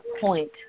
point